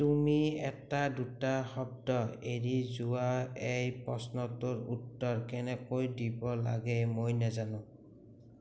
তুমি এটা দুটা শব্দ এৰি যোৱা এই প্ৰশ্নটোৰ উত্তৰ কেনেকৈ দিব লাগে মই নেজানোঁ